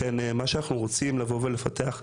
לכן, מה שאנחנו רוצים לבוא ולפתח,